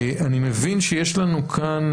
אני מבין שיש לנו כאן